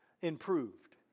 improved